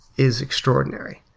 is extraordinary.